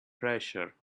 pressure